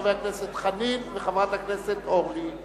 חבר הכנסת חנין וחברת הכנסת אורלי לוי.